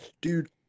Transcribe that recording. Dude